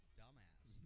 dumbass